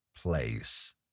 place